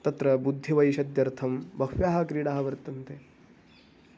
तत्र बुद्धिवैशद्यर्थं बह्व्यः क्रीडाः वर्तन्ते